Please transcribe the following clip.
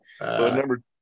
number